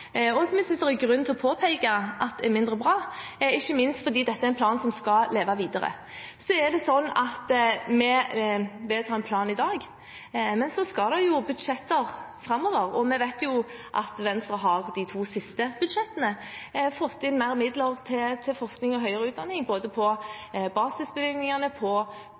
planen som jeg synes er mindre bra, og som jeg synes det er grunn til å påpeke er mindre bra, ikke minst fordi dette er en plan som skal leve videre. Vi vedtar en plan i dag, men det vil jo være budsjetter framover, og vi vet at Venstre i de to siste budsjettene har fått inn mer midler til forskning og høyere utdanning, både